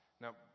Now